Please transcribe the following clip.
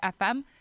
FM